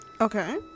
Okay